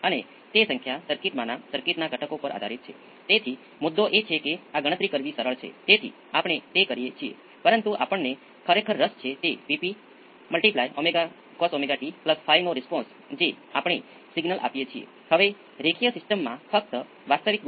તો તમે અચળ A 1 અને phi t બરાબર 0 કેવી રીતે મેળવશો